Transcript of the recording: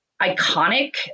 iconic